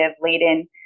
laden